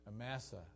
Amasa